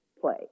play